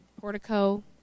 portico